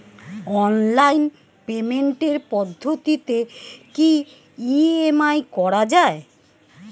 Online পেমেন্টের পদ্ধতিতে কি ই.এম.আই করা যায়?